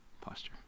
posture